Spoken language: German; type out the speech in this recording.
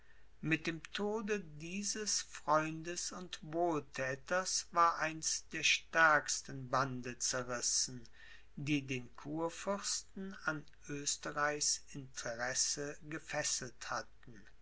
mit dem tode dieses freundes und wohlthäters war eins der stärksten bande zerrissen die den kurfürsten an oesterreichs interesse gefesselt hatten